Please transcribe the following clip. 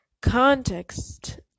context